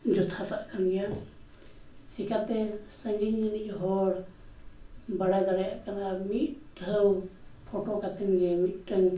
ᱡᱚᱛᱷᱟᱛᱟᱜ ᱠᱟᱱ ᱜᱮᱭᱟ ᱪᱤᱠᱟᱹᱛᱮ ᱥᱟᱺᱜᱤᱧ ᱨᱮᱱᱤᱡ ᱦᱚᱲ ᱵᱟᱲᱟᱭ ᱫᱟᱲᱮᱭᱟᱜ ᱠᱟᱱᱟᱭ ᱢᱤᱫ ᱫᱷᱟᱹᱣ ᱯᱷᱳᱴᱳ ᱠᱟᱛᱮᱫ ᱜᱮ ᱢᱤᱫᱴᱟᱝ